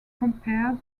compared